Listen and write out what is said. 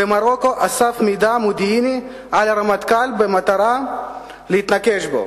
במרוקו אסף מידע מודיעיני על הרמטכ"ל במטרה להתנקש בו.